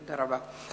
תודה רבה.